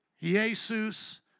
Jesus